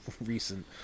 recent